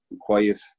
quiet